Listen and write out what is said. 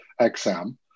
XM